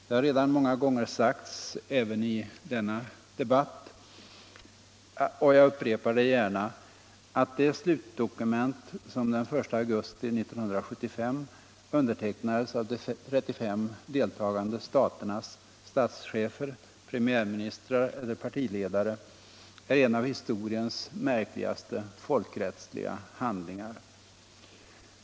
Det har redan många gånger sagts även i denna debatt, och jag upprepar det gärna, att det slutdokument som den 1 augusti 1975 undertecknades av de 35 deltagande ländernas statschefer, premiärministrar eller partiledare är en av historiens märkligaste folkrättsliga handlingar.